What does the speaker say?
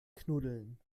knuddeln